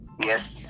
Yes